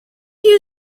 you